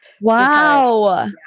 Wow